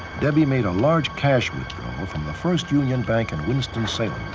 debbie made a large cash withdrawal from the first union bank in winston-salem.